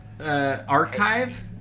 archive